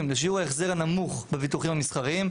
לשיעור ההחזר הנמוך בביטוחים המסחריים,